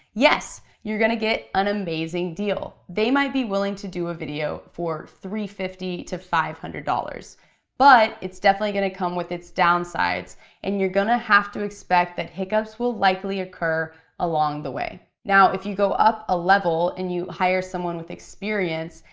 yes, you're gonna get an amazing deal. they might be willing to do a video for three hundred and fifty to five hundred dollars but it's definitely gonna come with its down sides and you're gonna have to expect that hiccups will likely occur along the way. now, if you go up a level and you hire someone with experience,